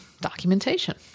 documentation